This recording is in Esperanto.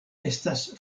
estas